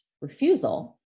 refusal